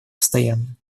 постоянным